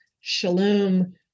shalom